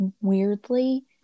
weirdly